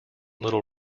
little